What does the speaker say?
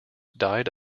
died